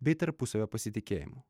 bei tarpusavio pasitikėjimu